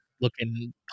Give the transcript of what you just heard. looking